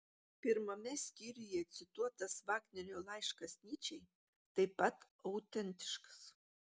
pirmame skyriuje cituotas vagnerio laiškas nyčei taip pat autentiškas